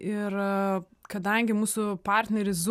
ir kadangi mūsų partneris